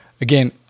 again